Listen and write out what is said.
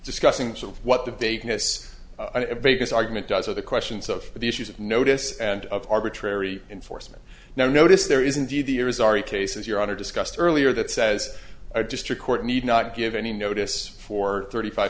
discussing some of what the vagueness of vegas argument does of the questions of the issues of notice and of arbitrary enforcement now notice there is indeed there is already cases your honor discussed earlier that says a district court need not give any notice for thirty five